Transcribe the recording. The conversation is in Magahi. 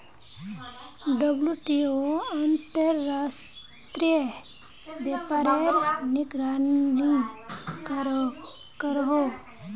डब्लूटीओ अंतर्राश्त्रिये व्यापारेर निगरानी करोहो